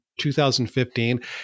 2015